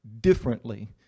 differently